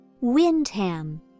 Windham